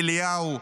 אליהו,